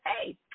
hey